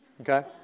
okay